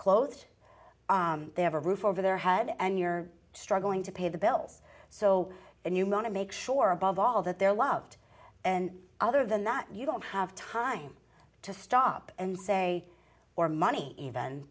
closed they have a roof over their head and you're struggling to pay the bills so and you moan to make sure above all that they're loved and other than that you don't have time to stop and say or money even